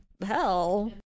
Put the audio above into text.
hell